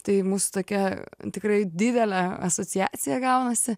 tai mūsų tokia tikrai didelė asociacija gaunasi